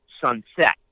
sunset